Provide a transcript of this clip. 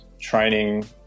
training